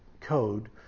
code